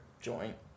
joint